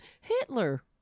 Hitler